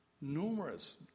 numerous